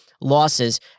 losses